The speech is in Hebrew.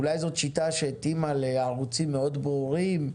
אולי זאת שיטה שהתאימה לערוצים מאוד ברורים,